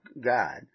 God